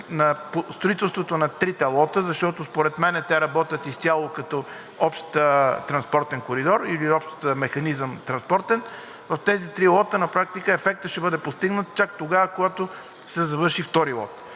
на строителството на трите лота, защото според мен те работят изцяло като общ транспортен коридор или общ транспортен механизъм, в тези три лота на практика ефектът ще бъде постигнат чак тогава, когато се завърши лот